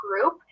group